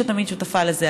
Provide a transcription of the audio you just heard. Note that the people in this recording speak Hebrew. שתמיד שותפה לזה,